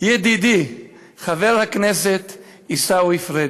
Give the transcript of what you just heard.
ידידי חבר הכנסת עיסאווי פריג',